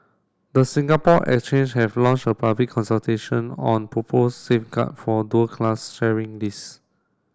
the Singapore Exchange has launched a public consultation on propose safeguard for dual class sharing list